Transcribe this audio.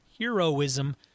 heroism